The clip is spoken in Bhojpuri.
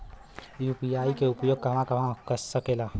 यू.पी.आई के उपयोग कहवा कहवा हो सकेला?